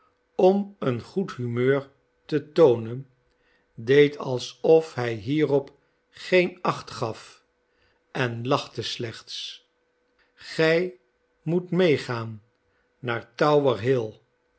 om een goed humeur te toonen deed alsof hij hierop geen acht gaf en lachte slechts gij moet meegaan naar tower hill